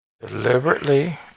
Deliberately